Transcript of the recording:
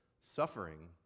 suffering